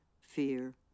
fear